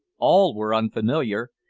all were unfamiliar,